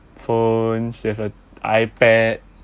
phone and ipad